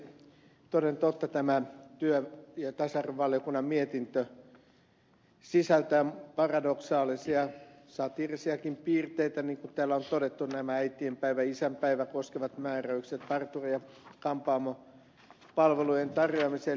toden totta tämä työelämä ja tasa arvovaliokunnan mietintö sisältää paradoksaalisia satiirisiakin piirteitä niin kuin täällä on todettu nämä äitienpäivää isänpäivää koskevat mää räykset parturi ja kampaamopalvelujen tarjoamiseen liittyvät huomiot